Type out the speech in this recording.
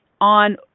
on